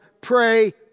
Pray